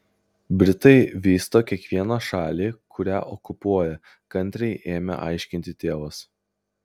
britai vysto kiekvieną šalį kurią okupuoja kantriai ėmė aiškinti tėvas